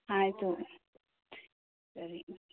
ಆಯಿತು ಸರಿ